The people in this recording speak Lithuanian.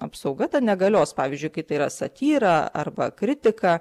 apsauga ta negalios pavyzdžiui kai tai yra satyra arba kritika